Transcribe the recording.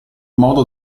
modo